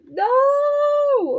no